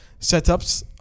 setups